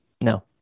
No